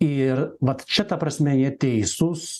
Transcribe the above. ir vat čia ta prasme jie teisūs